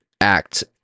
act